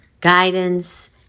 guidance